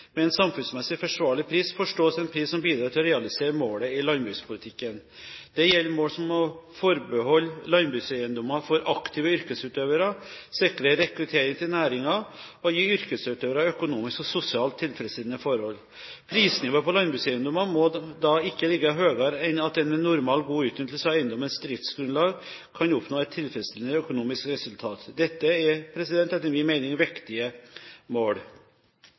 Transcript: Med en samfunnsmessig forsvarlig pris forstås en pris som bidrar til å realisere målene i landbrukspolitikken. Det gjelder mål som å forbeholde landbrukseiendommer for aktive yrkesutøvere, sikre rekruttering til næringen og å gi yrkesutøverne økonomisk og sosialt tilfredsstillende forhold. Prisnivået på landbrukseiendommer må da ikke ligge høyere enn at en med normal god utnyttelse av eiendommens driftsgrunnlag kan oppnå et tilfredsstillende økonomisk resultat. Dette er etter min mening viktige mål.